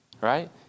right